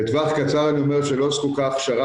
בטווח קצר אני אומר שלא זקוקה הכשרה